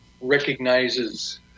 recognizes